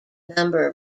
number